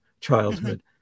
childhood